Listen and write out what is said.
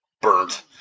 burnt